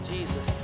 Jesus